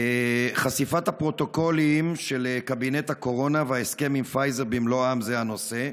חשיפת הפרוטוקולים של קבינט הקורונה וההסכם עם פייזר במלואם זה הנושא.